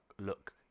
look